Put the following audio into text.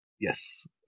Yes